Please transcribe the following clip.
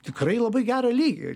tikrai labai gerą lygį